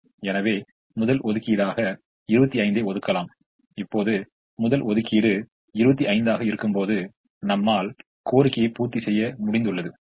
இப்போது நாம் அதே யோசனையைப் பயன்படுத்துகிறோம் இது உகந்த தீர்வாக இல்லாவிட்டால் 1 ஐ ஒதுக்கப்படாத நிலையில் பொருத்துவது என்பது நமக்கு ஒரு ஆதாயத்தைத் தர வேண்டும் எனவே நாம் அதையே மீண்டும் செய்ய முயற்சிக்க வேண்டும்